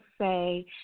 say